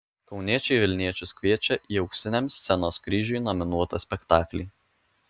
kauniečiai vilniečius kviečia į auksiniam scenos kryžiui nominuotą spektaklį